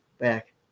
back